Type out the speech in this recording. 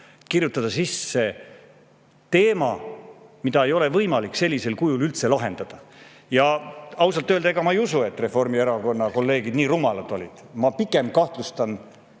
lepingusse sisse teema, mida ei ole võimalik sellisel kujul üldse lahendada. Ausalt öelda, ega ma ei usu, et Reformierakonna kolleegid nii rumalad olid. Ma pigem kahtlustan